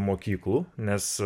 mokyklų nes